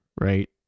right